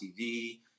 TV